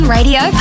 Radio